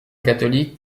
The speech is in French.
catholique